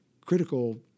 critical